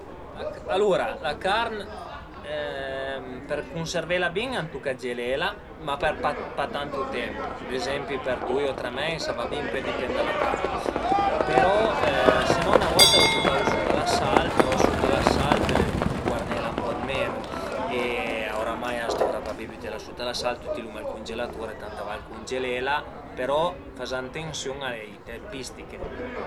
Alura la carn per cunservela bin a tuca gelela, ma per pa tantu temp, ad ezempi për dui o tre meis a va in, pöi a dipend da la carn, però se no üna volta a lu bütavu sut a la sal, però sut a la sal pöle guarnela ën po dë menu e oramai a s'dovra pa pi bütela sut a la sal, tüti l'uma ël cungelatur, tant a val cungelela, però fazant atensiun a le tempistiche